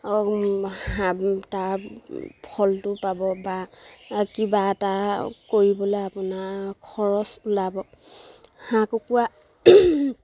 হাঁহ তাৰ ফলটো পাব বা কিবা এটা কৰিবলৈ আপোনাৰ খৰচ ওলাব হাঁহ কুকুৰা